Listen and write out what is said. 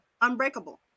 Unbreakable